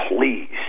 Please